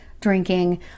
drinking